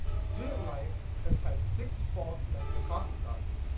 student life has had six fall semesters coffee talks.